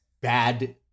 bad